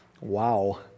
Wow